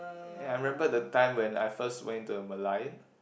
ya I remember the time when I first went into a Merlion